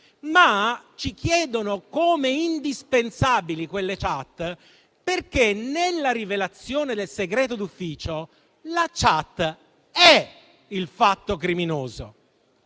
ci chiede come indispensabili quelle *chat* perché, nella rivelazione del segreto d'ufficio, la *chat* è il fatto criminoso.